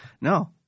no